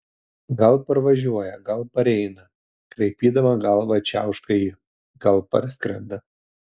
gal parvažiuoja gal pareina kraipydama galvą čiauška ji gal parskrenda